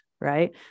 right